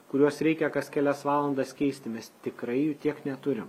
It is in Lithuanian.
kuriuos reikia kas kelias valandas keisti mes tikrai jų tiek neturim